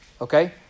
Okay